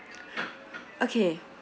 okay